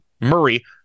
Murray